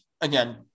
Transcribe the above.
again